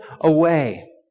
away